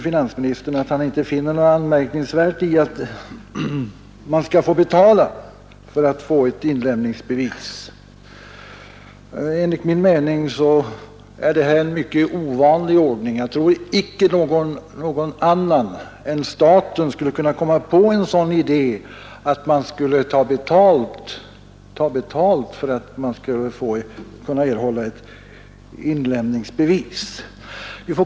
Finansministern anser det inte anmärkningsvärt att man måste betala för att få ett inlämningsbevis. Enligt min mening är detta en mycket ovanlig ordning. Jag tror inte att någon annan än staten skulle kunna komma på en sådan idé som att man skall betala för att få ett inlämningsbevis.